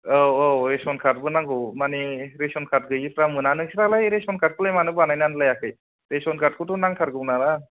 औ औ रेसन कार्डबो नांगौ मानि रेसन कार्ड गैयैफ्रा मोना नोंस्रालाय रेसन कार्डखौलाय मानो बानायना लायाखै रेसन कार्डखौथ नांथारगौना